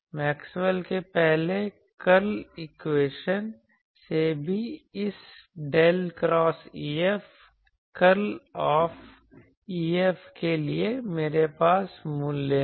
Maxwell के पहले curl equation से भी इस del cross EF curl of EF के लिए मेरे पास मूल्य है